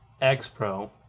X-Pro